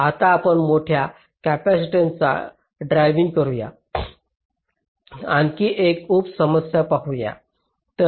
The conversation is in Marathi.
आता आपण मोठ्या कॅपॅसिटन्ससचा ड्रायव्हिंग करून आणखी एक उप समस्या पाहूया